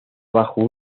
bajo